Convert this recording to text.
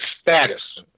status